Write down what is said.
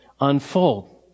unfold